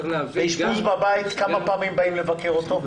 באשפוז בבית, כמה פעמים באים לבקר אותו?